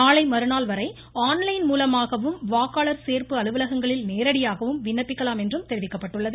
நாளை மறுநாள் வரை ஆன் லைன் மூலமாகவும் வாக்காளர் சோப்பு அலுவலகங்களில் நேரடியாகவும் விண்ணப்பிக்கலாம் என்றும் தெரிவிக்கப்பட்டுள்ளது